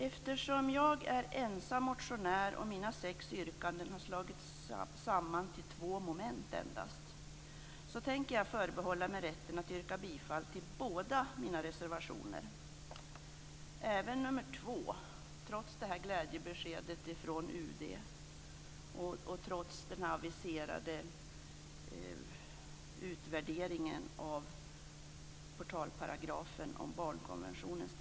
Eftersom jag är ensam motionär och mina sex yrkanden har slagits samman till två moment, tänker jag förbehålla mig rätten att yrka bifall till båda mina reservationer - även nr 2. Detta gör jag trots glädjebeskedet från UD och trots den aviserade utvärderingen av tillämpningen av portalparagrafen i barnkonventionen.